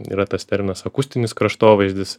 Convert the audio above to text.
yra tas terminas akustinis kraštovaizdis